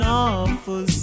awful